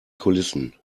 kulissen